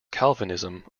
calvinism